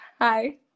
Hi